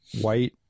white